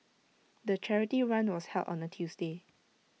the charity run was held on A Tuesday